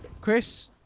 Chris